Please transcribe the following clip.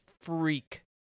freak